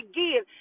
give